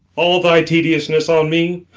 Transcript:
all thy tediousness on me!